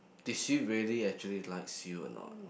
did she really actually likes you or not